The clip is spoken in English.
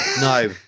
no